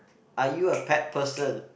are you a pet person